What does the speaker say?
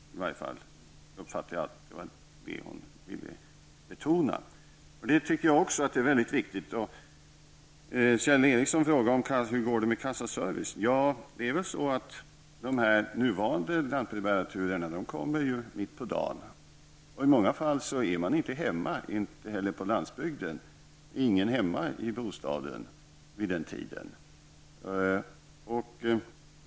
I varje fall fick jag uppfattningen att det var vad hon ville betona. Jag tycker också att detta är mycket viktigt. Kjell Ericsson frågade hur det kommer att gå med kassaservicen. Som det är nu sker lantbrevbäringsturerna mitt på dagen. I många fall är människor inte hemma då -- inte heller människor i glesbygden befinner sig i bostaden vid den tiden på dagen.